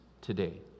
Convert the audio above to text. today